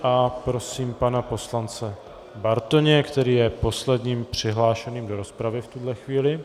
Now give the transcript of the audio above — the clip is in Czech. A prosím pana poslance Bartoně, který je posledním přihlášeným do rozpravy v tuhle chvíli.